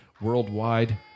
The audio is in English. Worldwide